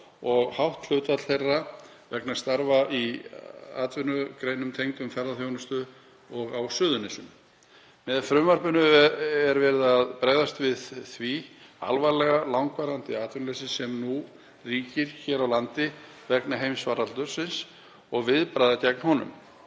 og hátt hlutfall þeirra vegna starfa í atvinnugreinum tengdum ferðaþjónustu og á Suðurnesjum. Með frumvarpinu er verið að bregðast við því alvarlega og langvarandi atvinnuleysi sem nú ríkir hér á landi vegna heimsfaraldursins og viðbragða gegn honum.